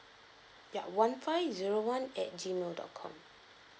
ya one five zero one at G mail dot com